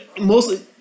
mostly